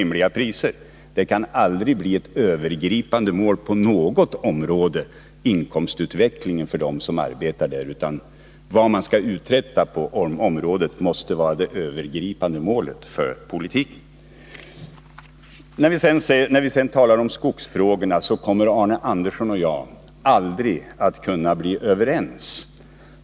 Inkomstutveckingen kan aldrig bli ett övergripande mål på något område, utan det övergripande målet för politiken måste vara vad man vill ha uträttat. När vi talar om skogsfrågorna kommer Arne Andersson och jag aldrig att kunna bli överens.